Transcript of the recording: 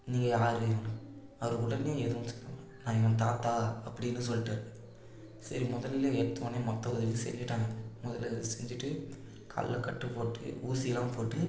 நீங்கள் யாரு என்னனு அவர் உடனே எதுவும் சொல்லல நான் இவன் தாத்தா அப்டின்னு சொல்லிடாரு சரி முதல்ல எடுத்த வோன்னே மொத்த உதவி செஞ்சிட்டாங்க முதல் உதவி செஞ்சிட்டு காலில் கட்டு போட்டு ஊசிலாம் போட்டு